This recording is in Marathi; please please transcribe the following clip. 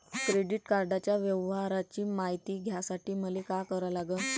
क्रेडिट कार्डाच्या व्यवहाराची मायती घ्यासाठी मले का करा लागन?